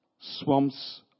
swamps